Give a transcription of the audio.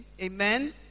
Amen